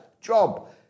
job